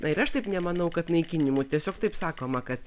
tai ir aš taip nemanau kad naikinimu tiesiog taip sakoma kad